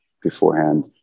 beforehand